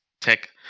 tech